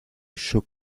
shook